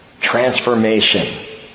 Transformation